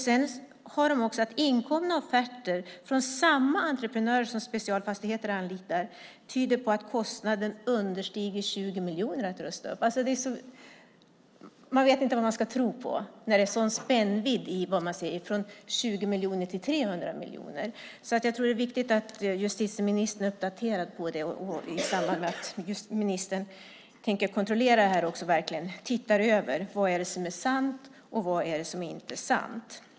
Sedan finns det inkomna offerter från samma entreprenörer som Specialfastigheter anlitar som tyder på att kostnaden för att rusta upp understiger 20 miljoner. Man vet inte vad man ska tro på när det är en sådan spännvidd i uppgifterna, från 20 miljoner till 300 miljoner. Jag tror att det är viktigt att justitieministern är uppdaterad på det och att hon i samband med att hon tänker kontrollera det här också verkligen tittar över vad som är sant och vad som inte är sant.